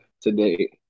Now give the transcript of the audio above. today